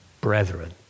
brethren